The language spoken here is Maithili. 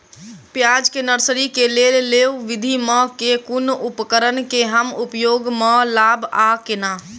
प्याज केँ नर्सरी केँ लेल लेव विधि म केँ कुन उपकरण केँ हम उपयोग म लाब आ केना?